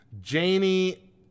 Janie